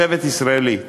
צוות ישראלי.